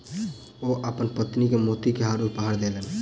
ओ अपन पत्नी के मोती के हार उपहार देलैन